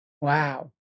Wow